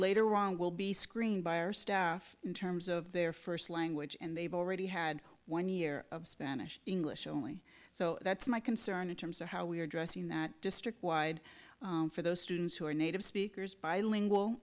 later wrong will be screened by our staff in terms of their first language and they've already had one year of spanish english only so that's my concern in terms of how we are addressing that district wide for those students who are native speakers bilingual